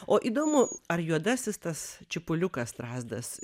o įdomu ar juodasis tas čipuliukas strazdas